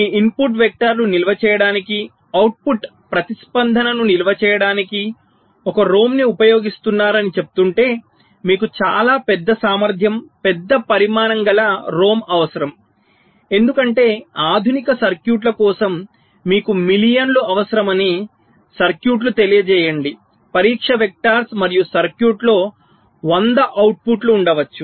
మీ input వెక్టర్ను నిల్వ చేయడానికి అవుట్పుట్ ప్రతిస్పందనను నిల్వ చేయడానికి ఒక ROM ని ఉపయోగిస్తున్నారని చెప్తుంటే మీకు చాలా పెద్ద సామర్థ్యం పెద్ద పరిమాణం గల ROM అవసరం ఎందుకంటే ఆధునిక సర్క్యూట్ల కోసం మీకు మిలియన్లు అవసరమని సర్క్యూట్లు తెలియజేయండి పరీక్ష వెక్టర్స్ మరియు సర్క్యూట్లో 100 అవుట్పుట్లు ఉండవచ్చు